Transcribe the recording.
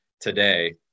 today